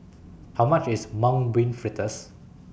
How much IS Mung Bean Fritters